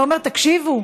ואומר: תקשיבו,